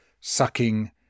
sucking